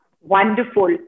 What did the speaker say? Wonderful